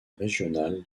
régional